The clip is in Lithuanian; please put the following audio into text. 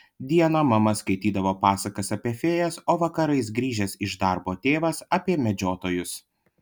dieną mama skaitydavo pasakas apie fėjas o vakarais grįžęs iš darbo tėvas apie medžiotojus